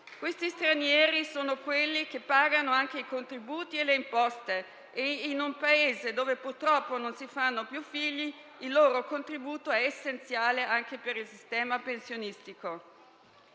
Questi stranieri sono quelli che pagano anche i contributi e le imposte e, in un Paese dove purtroppo non si fanno più figli, il loro contributo è essenziale anche per il sistema pensionistico.